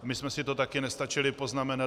My jsme si to taky nestačili poznamenat.